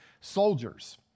soldiers